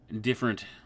Different